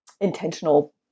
intentional